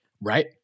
Right